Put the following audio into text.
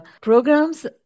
programs